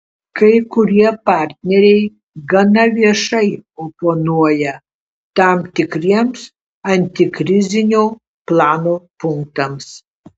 kai kurie partneriai gana viešai oponuoja tam tikriems antikrizinio plano punktams